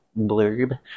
blurb